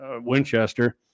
Winchester